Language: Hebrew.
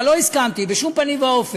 אבל לא הסכמתי, בשום פנים ואופן,